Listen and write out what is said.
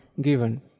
given